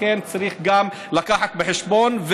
לכן צריך גם להביא בחשבון,